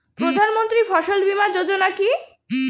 প্রধানমন্ত্রী ফসল বীমা যোজনা কি?